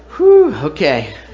Okay